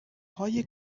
های